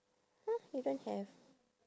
!huh! you don't have